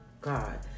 God